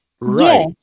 right